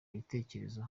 ibitekerezo